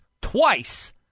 twice